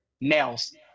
nails